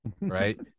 right